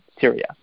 Syria